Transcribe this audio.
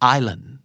Island